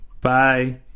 Bye